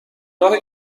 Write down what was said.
راه